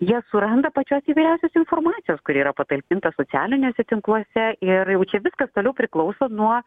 jie suranda pačios įvairiausios informacijos kuri yra patalpinta socialiniuose tinkluose ir jau čia viskas toliau priklauso nuo